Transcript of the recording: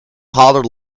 hollered